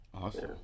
Awesome